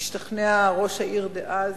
השתכנע ראש העיר דאז,